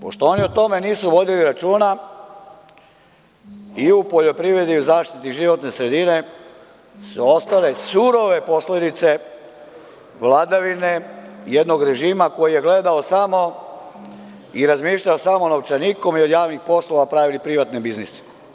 Pošto oni o tome nisu vodili računa i u poljoprivredi i u zaštiti životne sredinu su ostale surove posledice vladavine jednog režima, koji je gledao samo i razmišljao samo novčanikom i od javnih poslova pravili privatne biznise.